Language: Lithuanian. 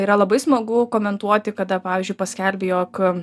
yra labai smagu komentuoti kada pavyzdžiui paskelbė jog